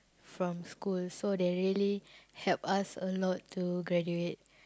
from school so they really help us a lot to graduate